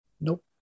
Nope